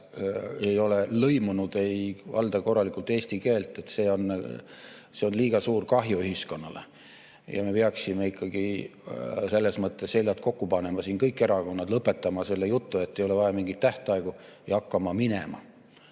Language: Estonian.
ei ole lõimunud ega valda korralikult eesti keelt. Sellest tuleb liiga suur kahju ühiskonnale. Me peaksime ikkagi selles mõttes seljad kokku panema, kõik erakonnad, ja lõpetama selle jutu, et ei ole vaja mingeid tähtaegu, ja hakkama minema.